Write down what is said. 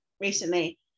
recently